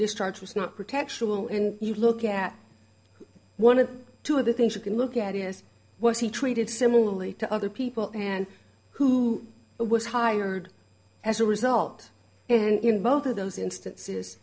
discharges not protection will and you look at one of two of the things you can look at is was he treated similarly to other people and who was hired as a result and in both of those instances